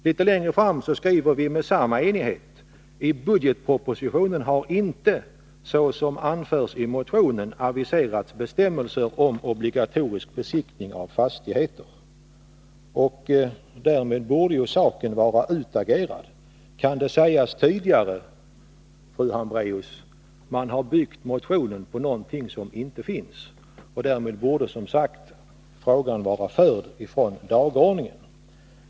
Litet längre fram skriver vi med samma enighet: ”I budgetpropositionen har inte, såsom anförs i motionen, aviserats bestämmelser om obligatorisk besiktning av fastigheter.” Därmed borde saken vara utagerad! Kan det sägas tydligare, fru Hambraeus? Man har byggt motionen på någonting som inte finns, och därmed borde som sagt frågan vara avförd från dagordningen.